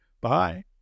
Bye